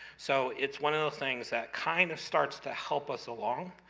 so, it's one of those things that kind of starts to help us along.